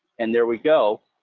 and there we go.